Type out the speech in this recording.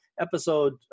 episode